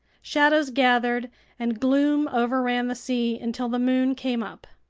shadows gathered and gloom overran the sea until the moon came up.